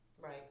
Right